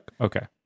Okay